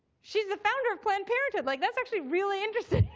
she's the founder of planned parenthood. like that's actually really interesting.